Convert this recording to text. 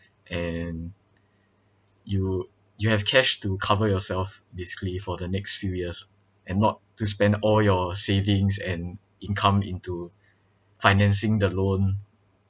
and you you have cash to cover yourself basically for the next few years and not to spend all your savings and income into financing the loan